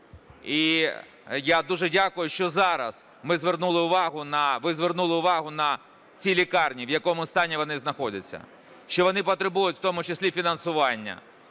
І я дуже дякую, що зараз ви звернули увагу на ці лікарні, в якому стані вони знаходяться, що вони потребують в тому числі фінансування,